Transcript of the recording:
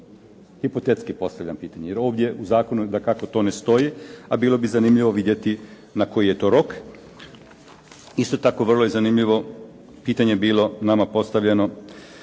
Hipotetski postavljam pitanje jer ovdje u zakonu dakako to ne stoji a bilo bi zanimljivo vidjeti na koji je to rok. Isto tako je zanimljivo pitanje bilo nama postavljeno.